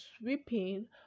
sweeping